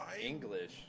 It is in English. English